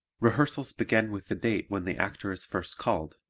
rehearsals begin with the date when the actor is first called.